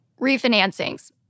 Refinancings